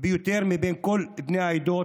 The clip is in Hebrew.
ביותר מבין כל בני העדה,